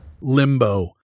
limbo